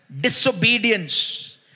disobedience